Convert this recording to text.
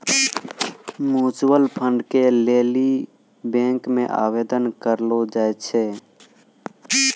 mutual fund के लेली bank मे आवेदन करलो जाय छै